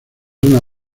una